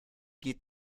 geht